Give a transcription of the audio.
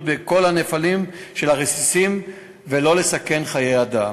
בכל הנפלים של הרסיסים ולא לסכן חיי אדם.